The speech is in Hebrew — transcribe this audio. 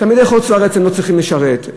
תלמידי חוץ-לארץ לא צריכים לשרת,